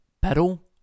Battle